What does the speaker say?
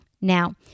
Now